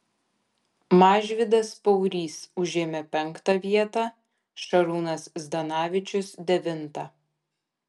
mažvydas paurys užėmė penktą vietą šarūnas zdanavičius devintą